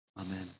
Amen